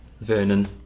Vernon